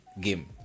game